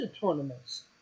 tournaments